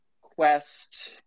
quest